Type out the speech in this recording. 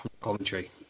commentary